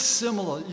similar